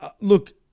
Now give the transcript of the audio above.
Look